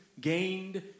gained